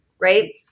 right